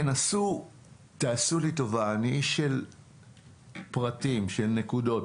תעשו לי טובה, אני איש של פרטים, של נקודות.